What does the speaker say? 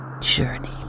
journey